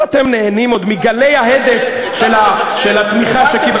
אבל אתם נהנים עוד מגלי ההדף של התמיכה מה קרה,